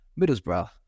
Middlesbrough